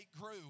grew